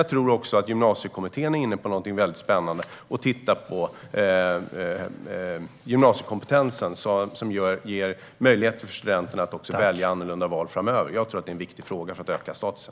Jag tror också att Gymnasiekommittén är inne på någonting väldigt spännande och tittar på gymnasiekompetensen, som ger möjlighet för studenterna att också göra andra val framöver. Jag tror att det är en viktig fråga för att öka statusen.